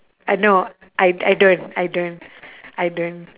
uh no I I don't I don't I don't